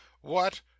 What